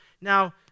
Now